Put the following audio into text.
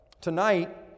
Tonight